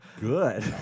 Good